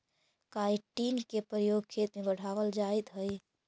chitin के प्रयोग खेत में बढ़ावल जाइत हई